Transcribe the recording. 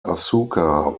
asuka